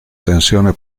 tensione